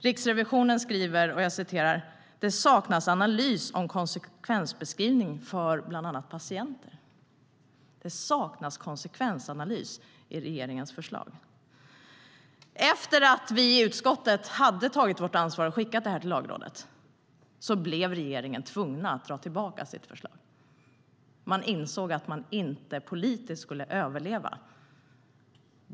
Riksrevisionen skriver: Det saknas analys och konsekvensbeskrivning för bland annat patienter. Det saknas konsekvensanalys i regeringens förslag. Efter det att vi i utskottet hade tagit vårt ansvar och skickat förslaget till Lagrådet blev regeringen tvungen att dra tillbaka det. Man insåg att man inte skulle överleva politiskt.